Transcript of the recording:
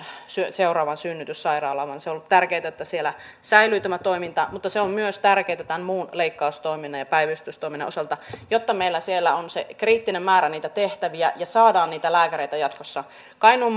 seuraavaan synnytyssairaalaan vaan se on ollut tärkeätä että siellä säilyy tämä toiminta mutta se on myös tärkeätä tämän muun leikkaustoiminnan ja päivystystoiminnan osalta jotta meillä siellä on se kriittinen määrä niitä tehtäviä ja saadaan niitä lääkäreitä jatkossa kokemus kainuun